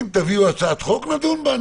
אם תביאו הצעת חוק נדון בה,